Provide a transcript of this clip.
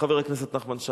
חבר הכנסת נחמן שי,